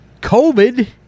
COVID